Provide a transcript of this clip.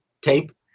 tape